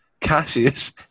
Cassius